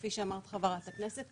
כפי שאמרה חברת הכנסת,